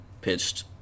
pitched